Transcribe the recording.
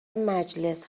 مجلس